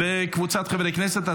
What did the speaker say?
וקבוצת חברי הכנסת.